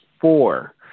four